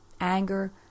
anger